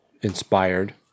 inspired